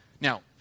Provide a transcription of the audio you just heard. Now